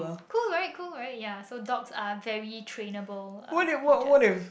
cool right cool right ya so dogs are very trainable uh creatures